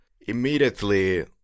Immediately